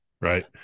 right